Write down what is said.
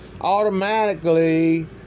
automatically